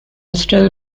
still